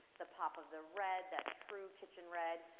the pop of the red. that true kitchen red.